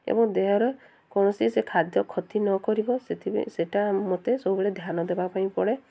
ଏବଂ ଦେହର କୌଣସି ସେ ଖାଦ୍ୟ କ୍ଷତି ନ କରିବ ସେଥିପାଇଁ ସେଇଟା ମୋତେ ସବୁବେଳେ ଧ୍ୟାନ ଦେବା ପାଇଁ ପଡ଼େ